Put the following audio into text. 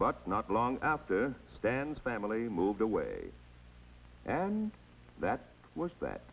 but not long after stan's family moved away that was that